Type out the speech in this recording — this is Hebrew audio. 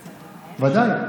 ודאי.